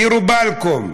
דיר באלכום,